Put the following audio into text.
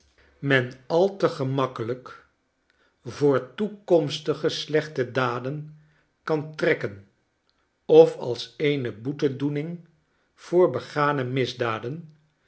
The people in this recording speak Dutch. men al te gemakkelijk voor toekomstige slechte daden kan trekken of als eene boetedoening voor begane misdaden